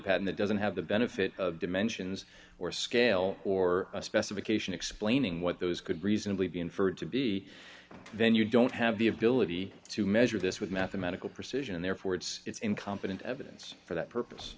that doesn't have the benefit of dimensions or scale or a specification explaining what those could reasonably be inferred to be then you don't have the ability to measure this with mathematical precision and therefore it's it's incompetent evidence for that purpose